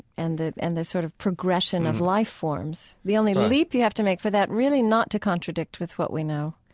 and the and the sort of progression of life forms the only leap you have to make for that really not to contradict with what we know